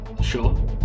Sure